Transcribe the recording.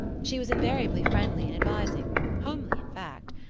she was invariably friendly and advising homely, in fact.